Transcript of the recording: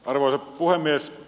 arvoisa puhemies